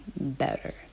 better